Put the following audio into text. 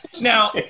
Now